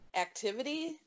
activity